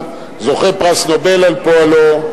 זוכה פרס נובל על פועלו,